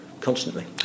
constantly